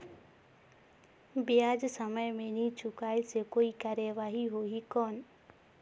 ब्याज समय मे नी चुकाय से कोई कार्रवाही होही कौन?